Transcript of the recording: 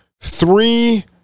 three